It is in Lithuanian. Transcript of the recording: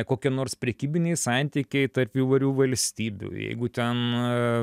kokie nors prekybiniai santykiai tarp įvairių valstybių jeigu ten